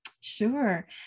Sure